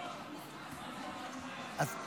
אני קובע כי